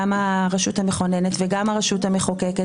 גם הרשות המכוננת וגם הרשות המחוקקת.